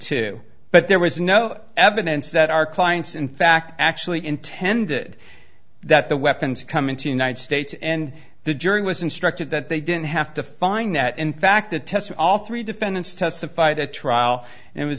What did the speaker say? to but there was no evidence that our clients in fact actually intended that the weapons come into united states and the jury was instructed that they didn't have to find that in fact the test all three defendants testified at trial and it was